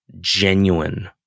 genuine